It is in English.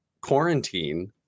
quarantine